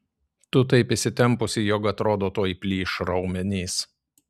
tu taip įsitempusi jog atrodo tuoj plyš raumenys